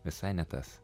visai ne tas